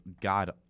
god